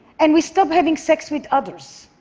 and we stop having sex with others.